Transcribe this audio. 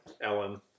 Ellen